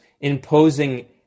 imposing